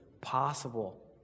possible